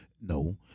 no